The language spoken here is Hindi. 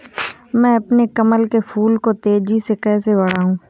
मैं अपने कमल के फूल को तेजी से कैसे बढाऊं?